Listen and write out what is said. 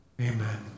Amen